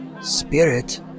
Spirit